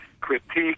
critique